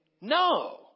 No